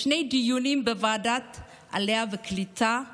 בשני דיונים בוועדת העלייה, הקליטה והתפוצות,